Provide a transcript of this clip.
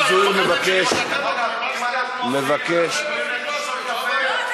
תקשיבי, נשתתף בפיליבסטר.